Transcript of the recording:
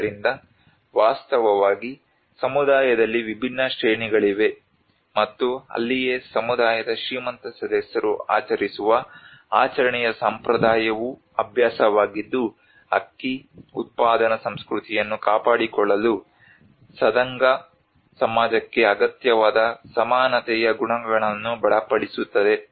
ಆದ್ದರಿಂದ ವಾಸ್ತವವಾಗಿ ಸಮುದಾಯದಲ್ಲಿ ವಿಭಿನ್ನ ಶ್ರೇಣಿಗಳಿವೆ ಮತ್ತು ಅಲ್ಲಿಯೇ ಸಮುದಾಯದ ಶ್ರೀಮಂತ ಸದಸ್ಯರು ಆಚರಿಸುವ ಆಚರಣೆಯ ಸಂಪ್ರದಾಯವು ಅಭ್ಯಾಸವಾಗಿದ್ದು ಅಕ್ಕಿ ಉತ್ಪಾದನಾ ಸಂಸ್ಕೃತಿಯನ್ನು ಕಾಪಾಡಿಕೊಳ್ಳಲು ಸದಂಗ ಸಮಾಜಕ್ಕೆ ಅಗತ್ಯವಾದ ಸಮಾನತೆಯ ಗುಣಗಳನ್ನು ಬಲಪಡಿಸುತ್ತದೆ